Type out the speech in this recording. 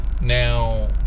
Now